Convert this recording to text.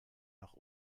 noch